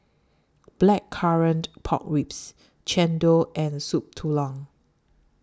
Blackcurrant Pork Ribs Chendol and Soup Tulang